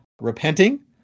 repenting